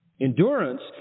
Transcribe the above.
Endurance